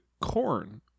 corn